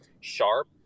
sharp